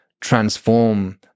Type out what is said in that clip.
transform